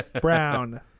Brown